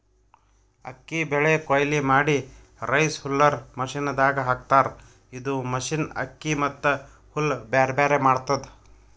ಅಕ್ಕಿ ಬೆಳಿ ಕೊಯ್ಲಿ ಮಾಡಿ ರೈಸ್ ಹುಲ್ಲರ್ ಮಷಿನದಾಗ್ ಹಾಕ್ತಾರ್ ಇದು ಮಷಿನ್ ಅಕ್ಕಿ ಮತ್ತ್ ಹುಲ್ಲ್ ಬ್ಯಾರ್ಬ್ಯಾರೆ ಮಾಡ್ತದ್